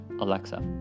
Alexa